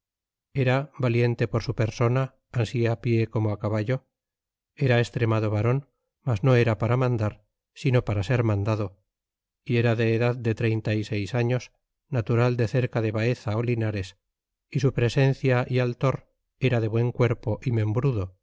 era valiente por su persona ansi á pie como á caballo era estremado varon mas no era para mandar sino para ser mandado y era de edad de treinta y seis arios natural de cerca de baeza linares y su presencia y altor era de buen cuerpo y membrudo